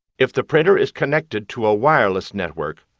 if the printer is connected to a wireless network,